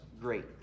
great